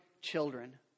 children